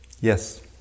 Yes